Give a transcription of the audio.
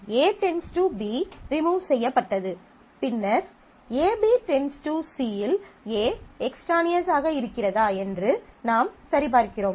A → B remove செய்யப்பட்டது பின்னர் AB → C -இல் A எக்ஸ்ட்ரானியஸ் ஆக இருக்கிறதா என்று நாம் சரிபார்க்கிறோம்